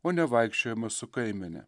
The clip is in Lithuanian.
o ne vaikščiojimas su kaimene